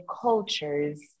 cultures